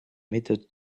méthode